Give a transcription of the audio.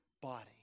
body